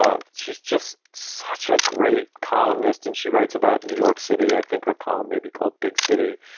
ah she's just such a great columnist and she writes about new york city. i think her column may be called big city.